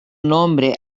nombre